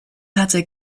hatte